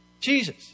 Jesus